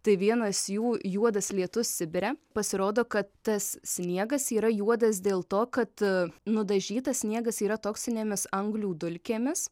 tai vienas jų juodas lietus sibire pasirodo kad tas sniegas yra juodas dėl to kad nudažytas sniegas yra toksinėmis anglių dulkėmis